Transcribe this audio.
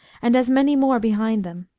and as many more behind them.